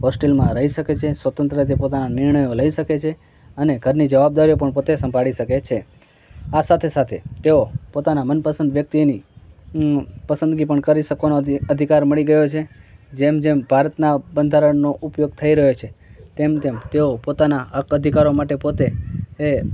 હોસ્ટેલમાં રહી શકે છે સ્વતંત્ર જે પોતાના નિર્ણયો લઈ શકે છે અને ઘરની જવાબદારીઓ પણ પોતે સંભાળી શકે છે આ સાથે સાથે તેઓ પોતાના મનપસંદ વ્યક્તિની અ પસંદગી પણ કરી શકવાનો અધિકાર મળી ગયો છે જેમ જેમ ભારતના બંધારણનો ઉપયોગ થઈ રહ્યો છે તેમ તેમ તેઓ પોતાના હક અધિકારો માટે પોતે